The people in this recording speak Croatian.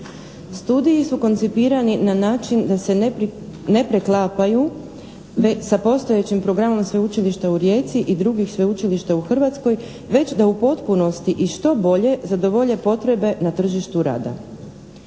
Studiji su koncipirani na način da se ne preklapaju sa postojećim programom Sveučilišta u Rijeci i drugih sveučilišta u Hrvatskoj već da u potpunosti i što bolje zadovolje potrebe na tržištu rada.